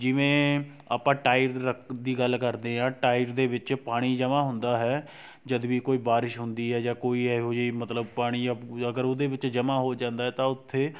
ਜਿਵੇਂ ਆਪਾਂ ਟਾਇਰ ਰ ਦੀ ਗੱਲ ਕਰਦੇ ਹਾਂ ਟਾਇਰ ਦੇ ਵਿੱਚ ਪਾਣੀ ਜਮ੍ਹਾਂ ਹੁੰਦਾ ਹੈ ਜਦ ਵੀ ਕੋਈ ਬਾਰਿਸ਼ ਹੁੰਦੀ ਹੈ ਜਾਂ ਕੋਈ ਇਹੋ ਜਿਹੀ ਮਤਲਬ ਪਾਣੀ ਜਾਂ ਅਗਰ ਉਹਦੇ ਵਿੱਚ ਜਮ੍ਹਾ ਹੋ ਜਾਂਦਾ ਹੈ ਤਾਂ ਉੱਥੇ